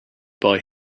buy